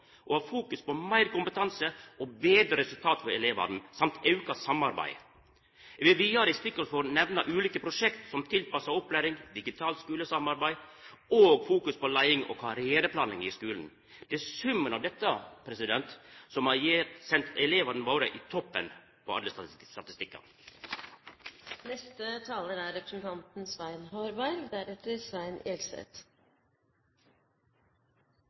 og har fokus på meir kompetanse og betre resultat for elevane samt auka samarbeid. Eg vil vidare i stikkordsform nemna ulike prosjekt, som tilpassa opplæring, digitalt skulesamarbeid og fokus på leiing og karriereplanlegging i skulen. Det er summen av dette som har sendt elevane våre i toppen på alle statistikkar. Etter forrige innlegg er